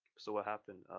so what happened,